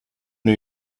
new